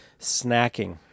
snacking